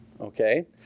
okay